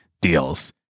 deals